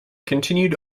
continued